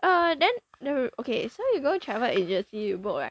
err then no okay so you go travel agency you book right